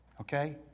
okay